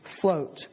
float